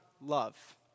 love